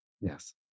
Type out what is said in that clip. yes